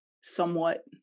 somewhat